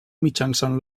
mitjançant